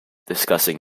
discussing